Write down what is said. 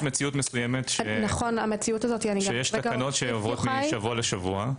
מציאות שיש תקנות שעוברות משבוע לשבוע,